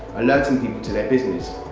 alerting people to their business